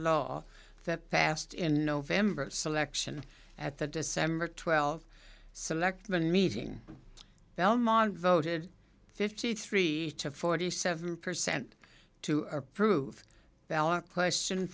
law that passed in november selection at the december twelve selectman meeting belmont voted fifty three to forty seven percent to approve ballot question